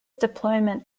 deployment